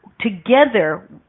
Together